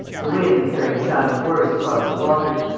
the wind carried the sound of words across the water.